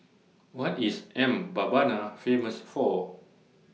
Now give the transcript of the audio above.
What IS Mbabana Famous For